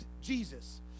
Jesus